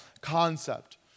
concept